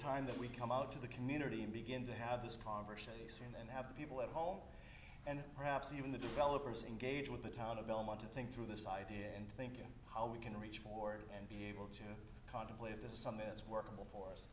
time that we come out to the community and begin to have this conversation and have the people at home and perhaps even the developers engage with the town of belmont to think through this idea and thinking how we can reach forward and be able to contemplate this summit is workable for